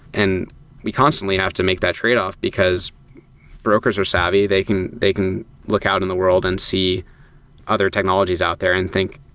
and we constantly have to make that tradeoff, because brokers are savvy, they can they can look out in the world and see other technologies out there and think,